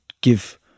give